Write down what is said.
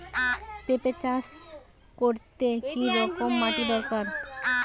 পেঁপে চাষ করতে কি রকম মাটির দরকার?